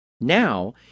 Now